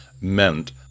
meant